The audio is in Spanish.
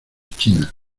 china